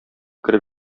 кереп